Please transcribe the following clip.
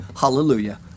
Hallelujah